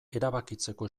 erabakitzeko